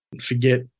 forget